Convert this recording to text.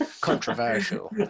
controversial